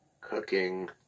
cooking